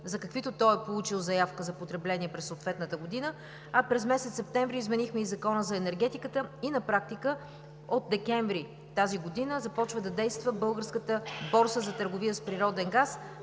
за каквито е получил заявка за потребление през съответната година, а през месец септември изменихме Закона за енергетиката и на практика от месец декември тази година започва да действа Българската борса за търговия с природен газ,